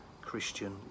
Christian